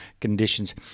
conditions